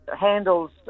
Handles